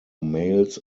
males